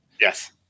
Yes